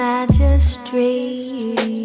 Magistry